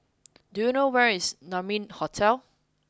do you know where is Naumi Hotel